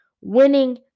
winning